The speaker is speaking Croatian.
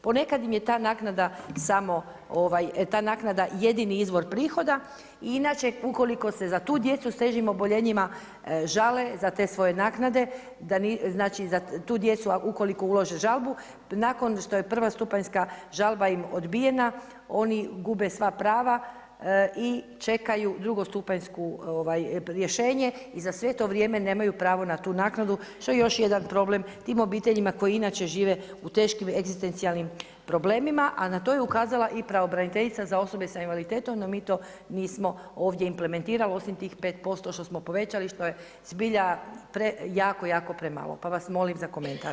Ponekad im je ta naknada samo ta naknada jedini izvor prihoda i inače ukoliko se za tu djecu s težim oboljenjima žale za te svoje naknade, znači za tu djecu ukoliko ulože žalbu nakon što je prvostupanjska žalba im odbijena oni gube sva prava i čekaju drugostupanjsko rješenje i za sve to nemaju pravo na tu naknadu, što je još jedan problem tim obiteljima koji inače žive u teškim egzistencijalni problemima, a na to je ukazala i pravobraniteljica za osobe s invaliditetom, no mi to nismo ovdje implementirali osim tih 5% što smo povećali što je zbilja jako, jako premalo, pa vas molim za komentar.